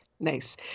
Nice